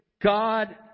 God